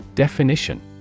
Definition